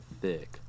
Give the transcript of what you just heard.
thick